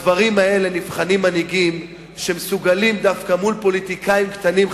בדברים האלה נבחנים מנהיגים שמסוגלים דווקא מול פוליטיקאים קטנים,